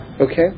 Okay